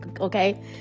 Okay